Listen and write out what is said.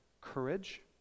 courage